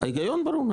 אבל ההיגיון ברור.